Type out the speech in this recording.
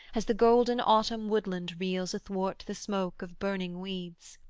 as the golden autumn woodland reels athwart the smoke of burning weeds.